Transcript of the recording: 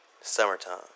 summertime